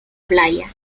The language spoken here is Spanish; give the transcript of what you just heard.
playa